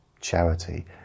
charity